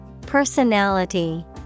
Personality